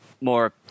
more